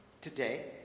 Today